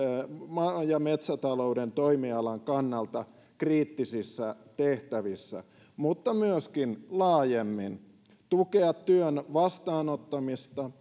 maa ja metsätalouden toimialan kannalta kriittisissä tehtävissä mutta myöskin laajemmin tukea työn vastaanottamista